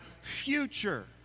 future